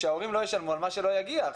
שהורים לא ישלמו על מה שלא יגיע.